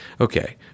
Okay